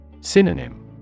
Synonym